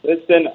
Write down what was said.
Listen